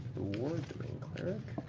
worth doing cleric.